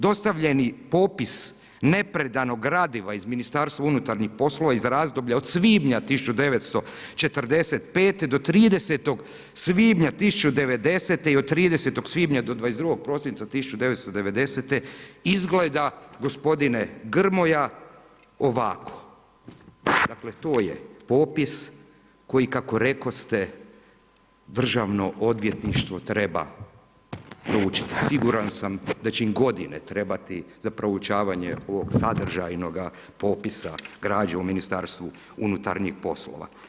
Dostavljeni popis nepredanog gradiva iz Ministarstva unutarnjih poslova iz razdoblja od svibnja 1945. do 30. svibnja 1090. i od 30. svibnja do 22. prosinca 1990. izgleda gospodine Grmoja ovako, dakle to je popis koji, kako rekoste, državno odvjetništvo treba proučiti, siguran sam da će im godine trebati za proučavanje ovog sadržajnoga popisa građe u Ministarstvu unutarnjih poslova.